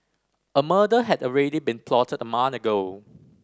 a murder had already been plotted a month ago